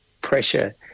pressure